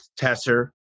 Tesser